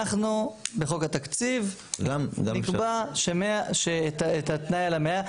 אנחנו בחוק התקציב נקבע את התנאי על ה-100.